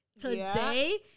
today